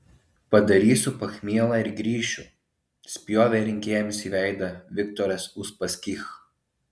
padarysiu pachmielą ir grįšiu spjovė rinkėjams į veidą viktoras uspaskich